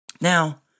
now